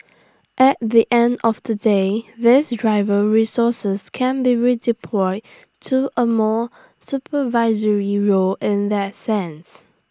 at the end of the day these driver resources can be redeployed to A more supervisory role in that sense